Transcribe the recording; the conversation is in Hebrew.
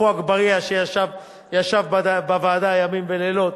עפו אגבאריה שישב בוועדה ימים ולילות,